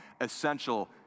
essential